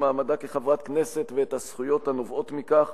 מעמדה כחברת הכנסת ואת הזכויות הנובעות מכך